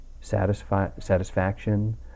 satisfaction